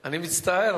אני מצטער,